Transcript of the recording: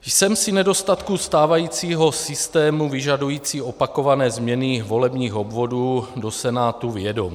Jsem si nedostatku stávajícího systému vyžadující opakované změny volebních obvodů do Senátu vědom.